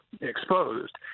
exposed